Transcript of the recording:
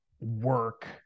work